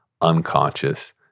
unconscious